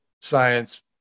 science